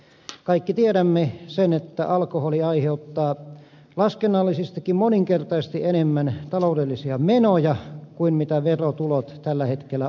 kaikki tiedämme sen että alkoholi aiheuttaa laskennallisestikin moninkertaisesti enemmän taloudellisia menoja kuin mitä verotulot tällä hetkellä ovat